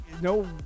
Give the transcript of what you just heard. no